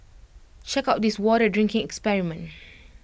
check out this water drinking experiment